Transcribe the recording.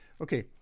Okay